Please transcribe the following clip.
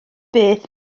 beth